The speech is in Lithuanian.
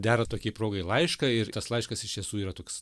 dera tokiai progai laišką ir tas laiškas iš tiesų yra toks